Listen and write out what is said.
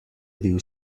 bil